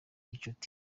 gicuti